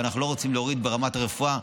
אנחנו לא רוצים להוריד את רמת הרפואה.